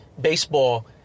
baseball